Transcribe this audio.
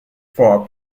for